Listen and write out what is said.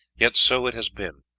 yet so it has been,